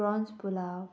prawns pulao